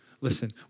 listen